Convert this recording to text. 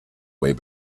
way